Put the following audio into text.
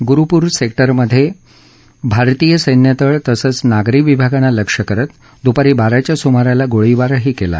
गुरूपूर सेक्टरमध्ये भारतीय सैन्यतळ तसंच नागरी विभागांना लक्ष्य करत दुपारी बाराच्या सुमारास गोळीबारही केला